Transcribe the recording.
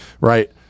Right